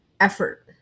Effort